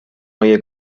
پیر